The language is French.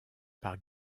par